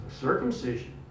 circumcision